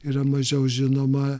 yra mažiau žinoma